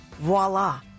voila